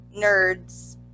nerds